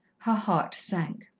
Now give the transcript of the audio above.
her heart sank.